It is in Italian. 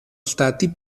stati